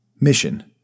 Mission